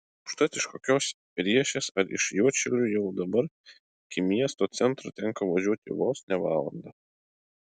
užtat iš kokios riešės ar iš juodšilių jau dabar iki miesto centro tenka važiuoti vos ne valandą